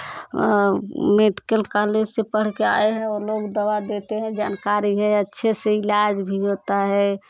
medical college से पढ़ के आए हैं वो लोग दवा देते हैं जानकारी है अच्छे से इलाज भी होता है